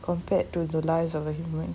compared to the lives of a human